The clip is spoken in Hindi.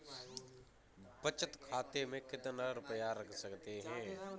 बचत खाते में कितना रुपया रख सकते हैं?